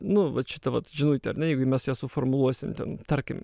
nu vat šitą vat žinutę ar ne jeigu mes ją suformuluosim ten tarkim